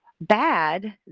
bad